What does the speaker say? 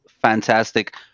fantastic